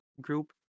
group